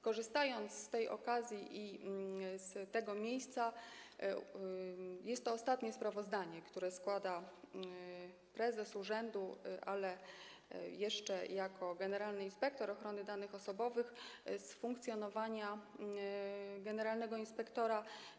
Korzystając z okazji, chcę z tego miejsca powiedzieć, że jest to ostatnie sprawozdanie, które składa prezes urzędu jeszcze jako generalny inspektor ochrony danych osobowych, z funkcjonowania generalnego inspektora.